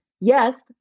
yes